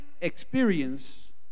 experience